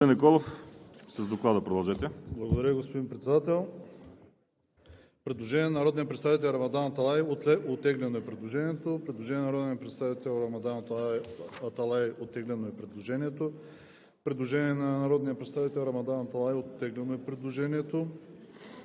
Благодаря, господин Председател. Предложение на народния представител Рамадан Аталай. Предложението е оттеглено. Предложение на народния представител Рамадан Аталай. Предложението е оттеглено. Предложение на народния представител Рамадан Аталай. Предложението